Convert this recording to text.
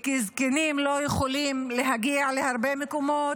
וזקנים לא יכולים להגיע להרבה מקומות,